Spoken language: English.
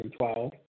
2012